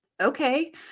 okay